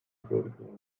protocol